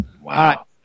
wow